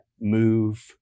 move